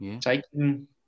taking